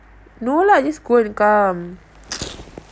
no lah just go and come